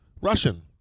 Russian